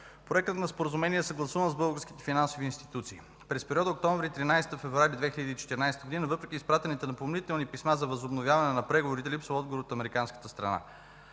Проектът на споразумение е съгласуван с българските финансови институции. През периода октомври 2013 г. – февруари 2014 г., въпреки изпратените напомнителни писма за възобновяване на преговорите, липсва отговор от американската страна.